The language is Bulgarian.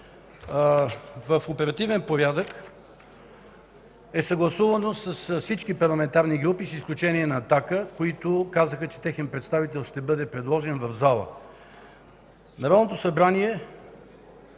В оперативен порядък е съгласувано с всички парламентарни групи, с изключение на „Атака“, които казаха, че техен представител ще бъде предложен в залата. Чета Ви